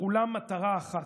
לכולם מטרה אחת: